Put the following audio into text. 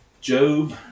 Job